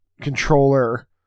controller